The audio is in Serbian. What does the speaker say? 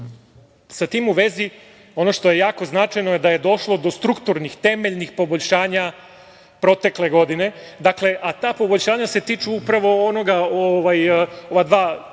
sa tim u vezi, ono što je jako značajno da je došlo do strukturnih, temeljnih poboljšanja protekle godine, a ta poboljšanja se tiču upravo ova dva,